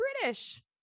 British